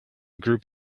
group